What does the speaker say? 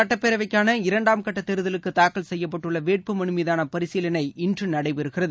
சட்டப்பேரவைக்கான மேற்குவங்க இரண்டாம் சட்டக் தேர்தலுக்குதாக்கல் செய்யப்பட்டுள்ளவேட்புமனுமீதானபரிசீலனை இன்றுநடைபெறுகிறது